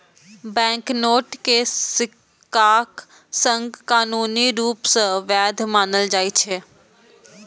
banknote कें सिक्काक संग कानूनी रूप सं वैध मानल जाइ छै